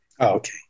okay